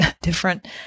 different